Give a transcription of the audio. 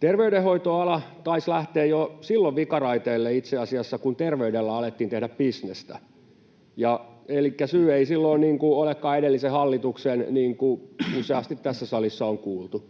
Terveydenhoitoala taisi lähteä vikaraiteelle itse asiassa jo silloin, kun terveydellä alettiin tehdä bisnestä, elikkä syy ei silloin olekaan edellisen hallituksen, niin kuin useasti tässä salissa on kuultu.